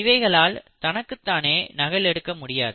இவைகளால் தனக்குத்தானே நகல் எடுக்க முடியாது